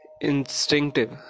instinctive